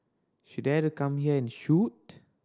she dare to come here and shoot